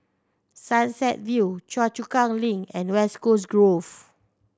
Sunset View Choa Chu Kang Link and West Coast Grove